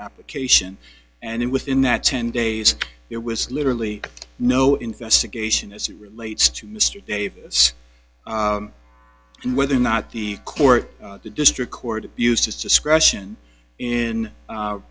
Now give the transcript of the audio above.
application and then within that ten days there was literally no investigation as it relates to mr davis and whether or not the court the district court abused its discretion in